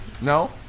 No